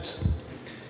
Hvala.